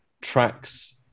tracks